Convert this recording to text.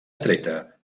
atreta